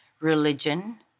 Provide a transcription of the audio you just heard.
religion